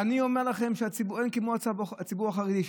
ואני אומר לכם שאין כמו הציבור החרדי,